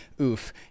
Oof